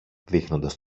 δείχνοντας